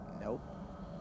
Nope